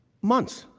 months.